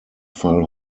fall